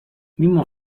mimo